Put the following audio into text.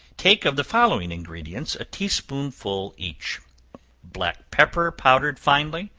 take of the following ingredients a tea-spoonful each black pepper powdered finely,